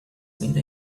finde